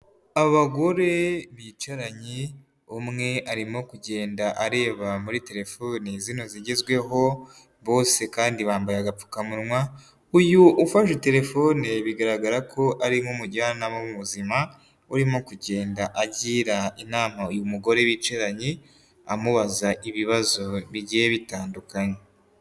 Abagore bicaranye, umwe arimo kugenda areba muri telefone zino zigezweho, bose kandi bambaye agapfukamunwa, uyu ufashe telefone bigaragara ko ari nk'umujyanama w'ubuzima urimo kugenda agira inama uyu mugore bicaranye, amubaza ibibazo bigiye bitandukanye.